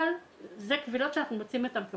אלה קבילות שאנחנו מוצאים אותן כמוצדקות,